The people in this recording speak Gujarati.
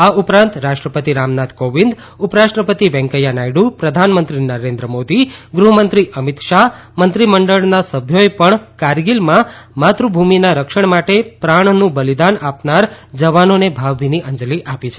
આ ઉપરાંત રાષ્ટ્રપતિ રામનાથ કોવિંદ ઉપરાષ્ટ્રપતિ વેંકૈયા નાયડુ પ્રધાનમંત્રી નરેન્દ્ર મોદી ગૃહમંત્રી અમિત શાહ મંત્રીમંડળના સભ્યોએ પણ કારગીલમાં માતૃભૂમિના રક્ષણ માટે પ્રાણનું બલિદાન આપનાર જવાનોને ભાવભીની અંજલી આપી છે